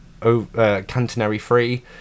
cantonary-free